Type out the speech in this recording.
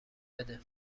بده